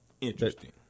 Interesting